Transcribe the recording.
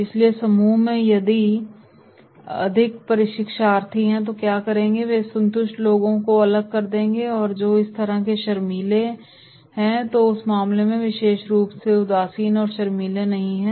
इसलिए समूह में यदि अधिक शिक्षार्थी हैं तो वे क्या करेंगे वे असंतुष्ट लोगों को अलग कर देंगे और जो इस तरह से शर्मीले हैं तो उस मामले में विशेष रूप से उदासीन हैं और शर्मीली नहीं हैं